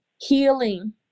healing